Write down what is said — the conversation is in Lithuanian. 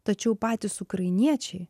tačiau patys ukrainiečiai